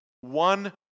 one